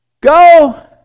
go